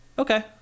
okay